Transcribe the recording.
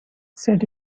said